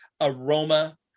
aroma